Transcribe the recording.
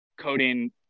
coding